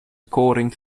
according